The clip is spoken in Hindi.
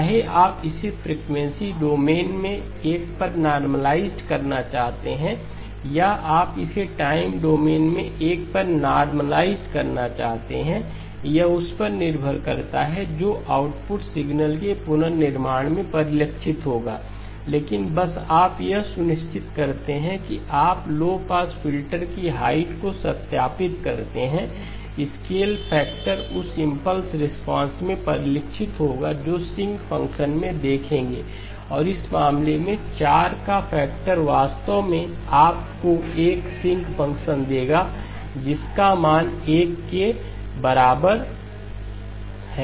चाहे आप इसे फ्रिकवेंसी डोमेन में 1 पर नॉर्मलाइज्ड करना चाहते हैं या आप इसे टाइम डोमेन में 1 पर नॉर्मलाइज्ड करना चाहते हैं यह उस पर निर्भर करता है जो कि आउटपुट सिग्नल के पुनर्निर्माण में परिलक्षित होगा लेकिन बस आप यह सुनिश्चित करते हैं कि आप लो पास फ़िल्टर की हाइट को सत्यापित करते हैं स्केल फैक्टर उस इंपल्स रिस्पांस में परिलक्षित होगा जो आप sinc फ़ंक्शन में देखेंगे और इस मामले में 4 का फैक्टर वास्तव में आपको एक sinc फ़ंक्शन देगा जिसका मान 1 के बराबर है